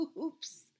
oops